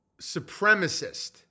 Supremacist